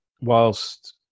whilst